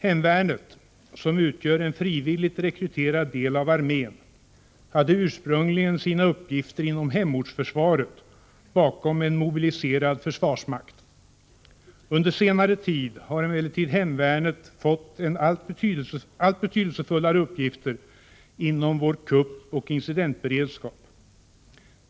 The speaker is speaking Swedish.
Hemvärnet, som utgör en frivilligt rekryterad del av armén, hade ursprungligen sina uppgifter inom hemortsförsvaret, bakom en mobiliserad försvarsmakt. Under senare tid har emellertid hemvärnet fått allt betydelsefullare uppgifter inom vår kuppoch incidentberedskap.